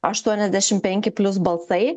aštuoniasdešimt penki plius balsai